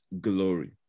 glory